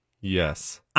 Yes